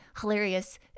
hilarious